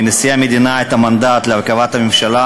מנשיא המדינה את המנדט להרכבת הממשלה,